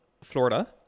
Florida